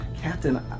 Captain